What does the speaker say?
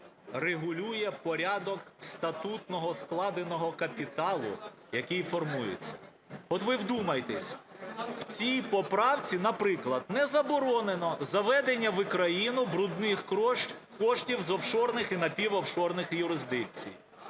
регулює порядок статутного складеного капіталу, який формується. От ви вдумайтесь, в цій поправці, наприклад, не заборонено заведення в Україну "брудних" коштів з офшорних і напівофшорних юрисдикцій.